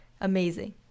Amazing